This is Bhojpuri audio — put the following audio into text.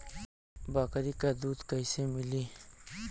बकरी क दूध कईसे मिली?